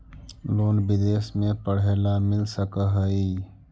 Loan विदेश में पढ़ेला मिल सक हइ?